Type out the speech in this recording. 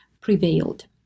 prevailed